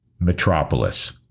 metropolis